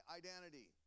identity